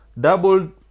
double